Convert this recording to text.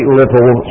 little